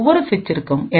ஒவ்வொரு சுவிட்சிற்கும்